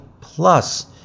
Plus